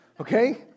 okay